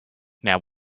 now